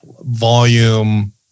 volume